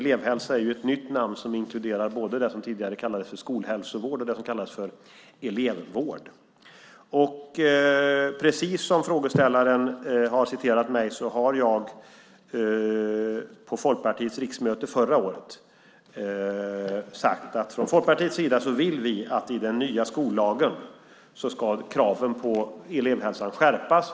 Elevhälsa är ju ett nytt namn som inkluderar både det som tidigare kallades för skolhälsovård och det som kallades för elevvård. Precis som frågeställaren påpekade har jag på Folkpartiets riksmöte förra året sagt att från Folkpartiets sida vill vi att kraven på elevhälsan ska skärpas i den nya skollagen.